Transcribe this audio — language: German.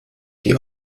die